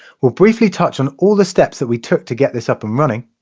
we'll briefly touch on all the steps that we took to get this up and running